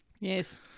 yes